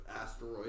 asteroid